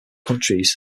countries